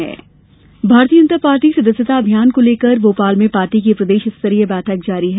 भाजपा बैठक भारतीय जनता पार्टी सदस्यता अभियान को लेकर भोपाल में पार्टी की प्रदेश स्तरीय बैठक जारी है